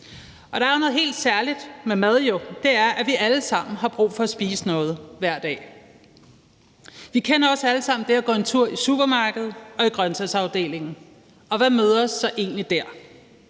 Der er jo noget helt særligt med mad, og det er, at vi alle sammen har brug for at spise noget hver dag. Vi kender også alle sammen det at gå en tur i supermarkedet og i grønsagsafdelingen. Hvad møder os så egentlig der?